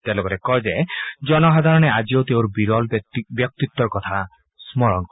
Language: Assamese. তেওঁ লগতে কয় যে জনসাধাৰণে আজিও তেওঁৰ বিৰল ব্যক্তিত্বৰ কথা স্মৰণ কৰে